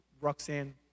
Roxanne